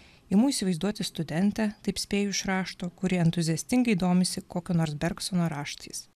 imu įsivaizduoti studentę taip spėju iš rašto kuri entuziastingai domisi kokio nors bergsono raštais